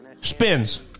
Spins